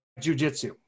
jujitsu